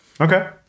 Okay